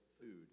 food